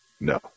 No